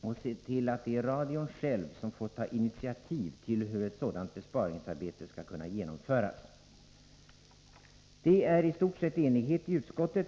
och ser till att radion själv får ta initiativ till hur ett sådant besparingsarbete skall kunna genomföras. Det är i stort sett enighet i utskottet.